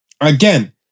again